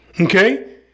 Okay